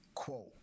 quote